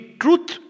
truth